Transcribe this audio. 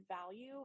value